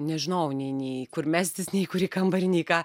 nežinojau nei nei kur mestis nei į kurį kambarį nei ką